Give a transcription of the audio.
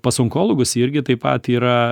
pas onkologus irgi taip pat yra